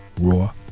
raw